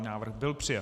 Návrh byl přijat.